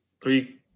three